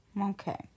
Okay